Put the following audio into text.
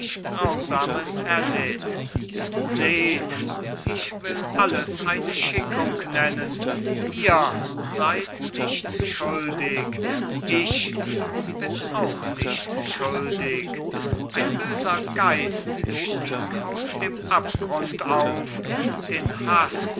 grausames erlitt seht ich will alles eine schickung nennen ihr seid nicht schuldig ich bin auch nicht schuldig ein böser geist stieg aus dem abgrund auf den haß